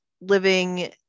living